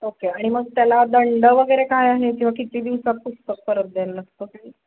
okay आणि मग त्याला दंड वगैरे काय आहे किंवा किती दिवसात पुस्तक परत द्यायला लागतं ते